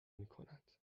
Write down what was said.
میکند